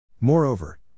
Moreover